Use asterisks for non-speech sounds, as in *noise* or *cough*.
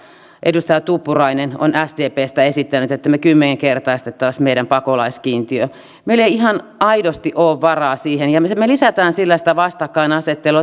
edustaja tuppurainen on sdpstä esittänyt että me kymmenkertaistaisimme meidän pakolaiskiintiön meillä ei ihan aidosti ole varaa siihen ja me lisäämme sillä sitä vastakkainasettelua *unintelligible*